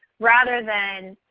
rather than,